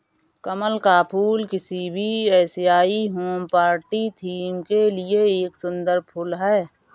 कमल का फूल किसी भी एशियाई होम पार्टी थीम के लिए एक सुंदर फुल है